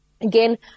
Again